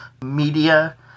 media